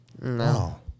No